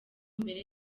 mbere